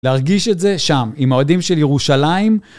להרגיש את זה שם, עם האוהדים של ירושלים.